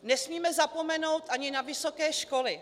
Nesmíme zapomenout ani na vysoké školy.